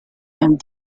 and